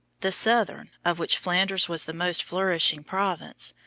the southern, of which flanders was the most flourishing province,